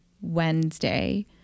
Wednesday